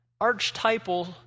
archetypal